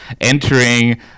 entering